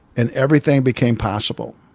and everything became possible.